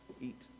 eat